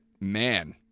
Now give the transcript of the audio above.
man